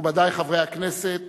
מכובדי חברי הכנסת,